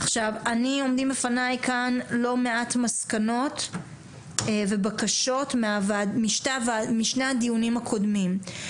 עומדים בפניי לא מעט מסקנות ובקשות משני הדיונים הקודמים.